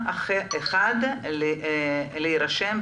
אז תרוצו.